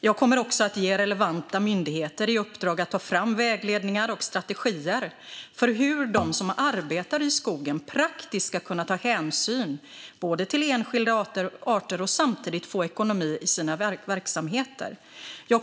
Jag kommer också att ge relevanta myndigheter i uppdrag att ta fram vägledningar och strategier för hur de som arbetar i skogen praktiskt ska kunna ta hänsyn till enskilda arter och samtidigt få ekonomi i sina verksamheter.